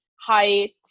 height